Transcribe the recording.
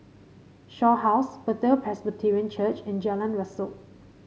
Shaw House Bethel Presbyterian Church and Jalan Rasok